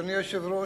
אדוני היושב-ראש,